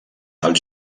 als